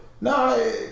No